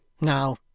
Now